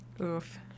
Oof